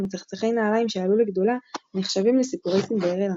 מצחצחי נעליים שעלו לגדולה נחשבים ל"סיפורי סינדרלה".